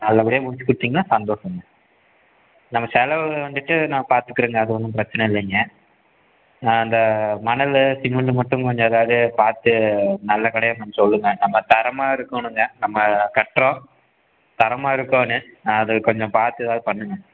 நல்லபடியாக முடித்து கொடுத்தீங்கன்னா சந்தோஷம் நம்ம செலவு வந்துட்டு நான் பார்த்துக்குறேங்க அது ஒன்றும் பிரச்சினை இல்லைங்க ஆ அந்த மணல் சிமெண்டு மட்டும் கொஞ்சம் எதாவது பார்த்து நல்ல கடையாக கொஞ்சம் சொல்லுங்கள் நம்ம தரமாக இருக்கணுங்க நம்ம கட்டுறோம் தரமாக இருக்கணும் அது கொஞ்சம் பார்த்து எதாவது பண்ணுங்கள்